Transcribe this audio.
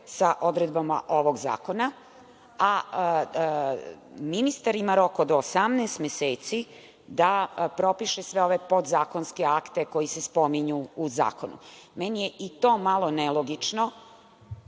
sa odredbama ovog Zakona, a ministar ima rok od 18 meseci da propiše sve ove podzakonske akte koji se spominju u Zakonu. Meni je i to malo nelogično,